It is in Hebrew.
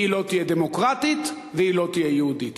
היא לא תהיה דמוקרטית והיא לא תהיה יהודית.